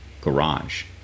garage